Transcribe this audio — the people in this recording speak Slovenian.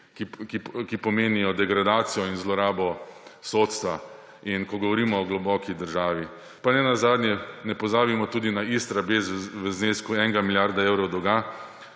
ki pomenijo degradacijo in zlorabo sodstva. Ko govorimo globoki državi, pa nenazadnje ne pozabimo tudi na Istrabenz v znesku ene milijarde evrov dolga